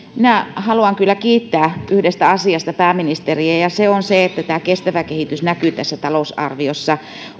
minä haluan kyllä kiittää yhdestä asiasta pääministeriä ja se on se että tämä kestävä kehitys näkyy tässä talousarviossa